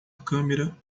câmera